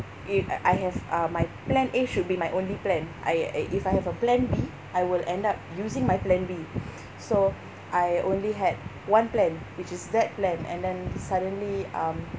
if I I have uh my plan A should be my only plan I I if I have a plan B I will end up using my plan B so I only had one plan which is that plan and then suddenly um